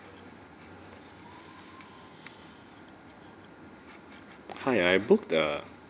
hi i booked the